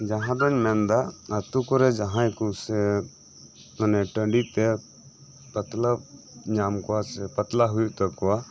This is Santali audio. ᱡᱟᱸᱦᱟ ᱫᱚᱢ ᱢᱮᱱᱮᱫᱟ ᱟᱹᱛᱩ ᱠᱚᱨᱮ ᱡᱟᱦᱟᱭ ᱠᱚ ᱢᱟᱱᱮ ᱴᱟᱹᱰᱤ ᱛᱮ ᱯᱟᱛᱞᱟ ᱧᱟᱢ ᱠᱚᱣᱟ ᱥᱮ ᱯᱟᱛᱞᱟ ᱦᱩᱭᱩᱜ ᱛᱟᱠᱚᱭᱟ